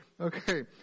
Okay